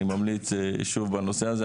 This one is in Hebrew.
אני ממליץ שוב בנושא הזה,